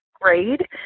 grade